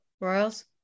Royals